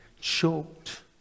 choked